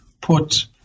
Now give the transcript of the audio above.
put